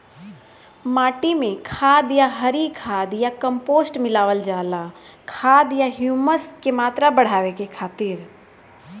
माटी में गोबर खाद या हरी खाद या कम्पोस्ट मिलावल जाला खाद या ह्यूमस क मात्रा बढ़ावे खातिर?